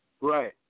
Right